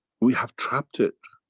we have trapped it.